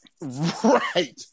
Right